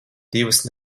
divas